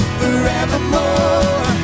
forevermore